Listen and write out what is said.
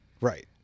Right